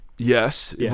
Yes